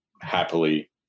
happily